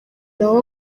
nawe